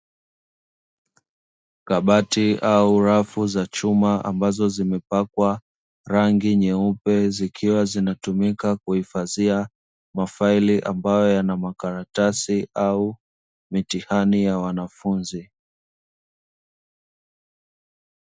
Kabati au rafu za chuma ambazo zimepakwa rangi nyeupe, zikiwa zinatumika kuhifadhia mafaili ambayo, yana makaratasi au mitihani ya wanafunzi.